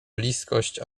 bliskość